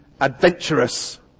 adventurous